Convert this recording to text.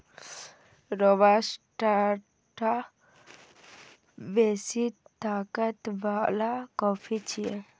robusta बेसी ताकत बला कॉफी छियै